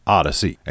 Odyssey